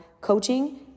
coaching